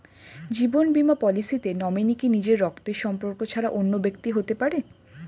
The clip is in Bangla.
জীবন বীমা পলিসিতে নমিনি কি নিজের রক্তের সম্পর্ক ছাড়া অন্য ব্যক্তি হতে পারে?